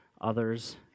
others